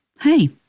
hey